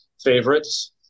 favorites